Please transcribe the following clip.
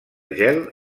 gel